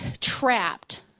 trapped